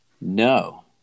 no